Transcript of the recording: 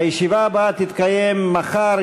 הישיבה הבאה תתקיים מחר,